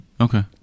Okay